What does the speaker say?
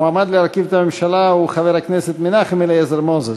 המועמד להרכיב את הממשלה הוא חבר הכנסת מנחם אליעזר מוזס.